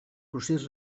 procés